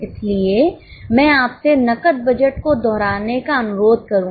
इसलिए मैं आपसे नकद बजट को दोहराने का अनुरोध करूंगा